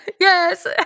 Yes